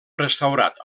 restaurat